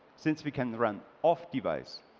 since we can run off device.